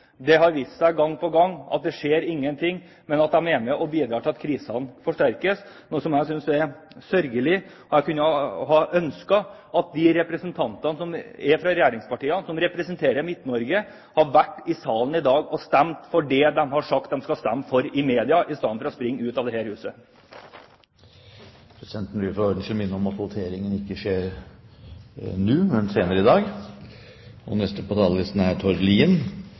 er med på å bidra til at krisene forsterkes, noe som jeg synes er sørgelig. Jeg kunne ha ønsket at de representantene fra regjeringspartiene, og som representerer Midt-Norge, hadde vært i salen i dag og stemt for det de har sagt de skal stemme for i media, istedenfor å springe ut av dette huset. Presidenten vil for ordens skyld minne om at voteringen ikke skjer nå, men senere i dag. Flere av de rød-grønne talerne har i dag skyldt på at dette handler om fravær av svensk atomkraft. Det er